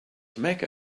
mecca